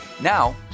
Now